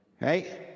right